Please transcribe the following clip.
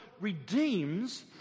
redeems